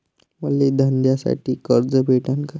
मले धंद्यासाठी कर्ज भेटन का?